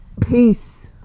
Peace